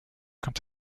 quant